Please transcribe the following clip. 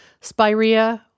spirea